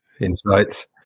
insights